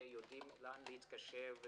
שיודעים לאן להתקשר,